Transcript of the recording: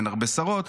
אין הרבה שרות,